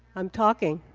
i'm talking,